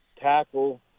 tackle